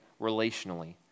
relationally